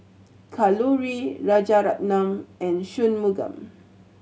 Kalluri Rajaratnam and Shunmugam